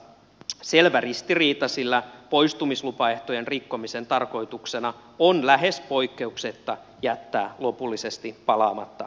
tässä on havaittavissa selvä ristiriita sillä poistumislupaehtojen rikkomisen tarkoituksena on lähes poikkeuksetta jättää lopullisesti palaamatta vankilaan